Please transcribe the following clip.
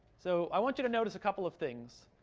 so i want you to notice a couple of things.